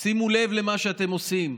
שימו לב למה שאתם עושים.